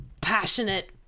passionate